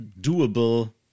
doable